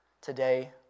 today